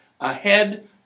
ahead